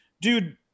dude